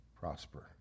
prosper